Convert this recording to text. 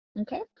Okay